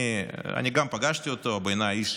גם אני פגשתי אותו, בעיניי הוא